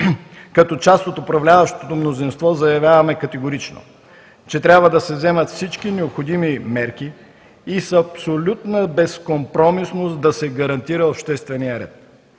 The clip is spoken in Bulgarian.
като част от управляващото мнозинство, заявяваме категорично, че трябва да се вземат всички необходими мерки и с абсолютна безкомпромисност да се гарантира общественият ред.